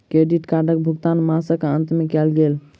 credit कार्डक भुगतान मासक अंत में कयल गेल